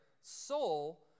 soul